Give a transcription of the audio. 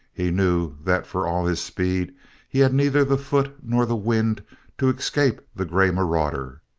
he knew that for all his speed he had neither the foot nor the wind to escape the grey marauder.